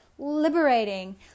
liberating